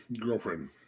girlfriend